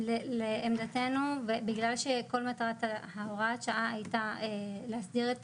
לעמדתנו ובגלל שכל מטרת ההוראת שעה היתה להסדיר את